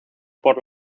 por